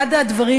אחד הדברים,